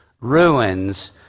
ruins